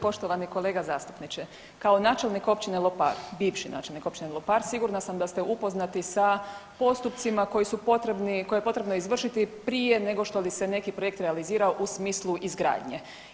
Poštovani kolega zastupniče, kao načelnik općine Lopar, bivši načelnik općine Lopar sigurna sam da ste upoznati sa postupcima koji su potrebni, koje je potrebno izvršiti prije nego što li se neki projekt realizira u smislu izgradnje.